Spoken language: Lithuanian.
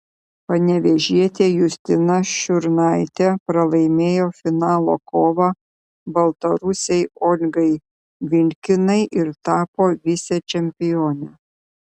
panevėžietė justina šiurnaitė pralaimėjo finalo kovą baltarusei olgai vilkinai ir tapo vicečempione